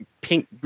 pink